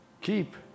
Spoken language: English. keep